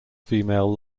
female